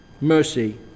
mercy